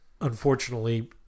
unfortunately